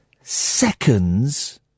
Seconds